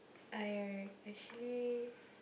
I actually